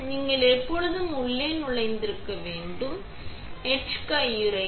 நீங்கள் எப்பொழுதும் உள்ளே நுழைந்திருக்க வேண்டும் ETCH கையுறைகள்